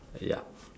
ya